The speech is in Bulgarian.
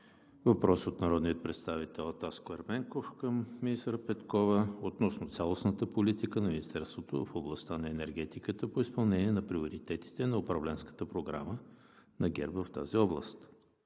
Въпрос от народния представител Таско Ерменков към министър Петкова относно цялостната политика на Министерството в областта на енергетиката по изпълнение на приоритетите на управленската програма на ГЕРБ в тази област.